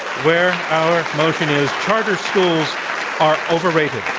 where our motion is, charter schools are overrated.